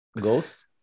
Ghost